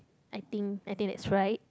I think I think that's right